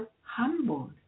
humble